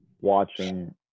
watching